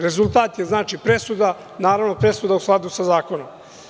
Rezultat je znači presuda, naravno presuda u skladu sa zakonom.